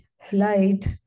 flight